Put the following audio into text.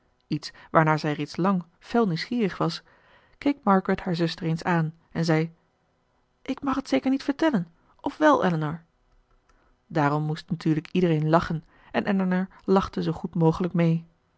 iets waarnaar zij reeds lang fel nieuwsgierig was keek margaret haar zuster eens aan en zei ik mag het zeker niet vertellen of wèl elinor daarom moest natuurlijk iedereen lachen en elinor lachte zoogoed mogelijk mee